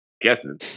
guessing